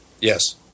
yes